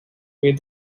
made